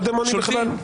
לא דמוני בכלל.